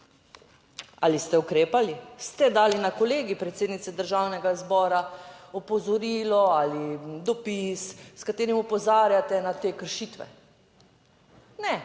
Ali ste ukrepali? Ste dali na Kolegij predsednice Državnega zbora opozorilo ali dopis s katerim opozarjate na te kršitve? Ne,